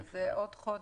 שזה עוד חודש.